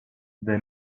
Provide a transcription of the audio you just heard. they